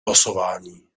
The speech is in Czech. losování